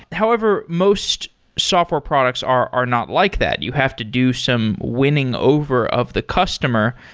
however, most software products are are not like that. you have to do some winning over of the customer.